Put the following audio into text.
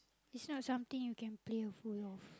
is not something you can play a fool of